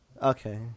Okay